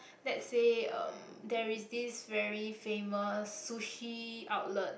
let's say um there is this very famous sushi outlet